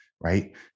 Right